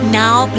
now